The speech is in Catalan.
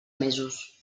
mesos